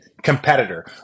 competitor